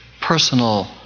personal